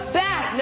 back